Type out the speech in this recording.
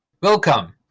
Welcome